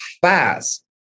fast